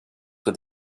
with